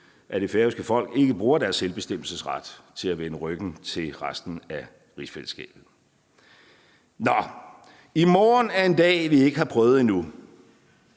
at det færøske folk ikke bruger deres selvbestemmelsesret til at vende ryggen til resten af rigsfællesskabet. Kl. 21:52 Nå, i morgen er en dag, vi ikke har prøvet endnu